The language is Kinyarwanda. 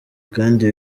kandi